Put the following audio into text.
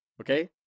Okay